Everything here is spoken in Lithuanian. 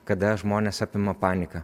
kada žmones apima panika